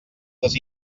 les